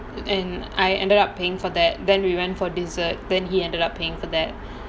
and I ended up paying for that then we went for dessert then he ended up paying for that